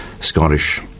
Scottish